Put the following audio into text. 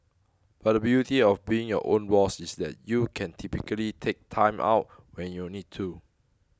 but the beauty of being your own boss is that you can typically take Time Out when you need to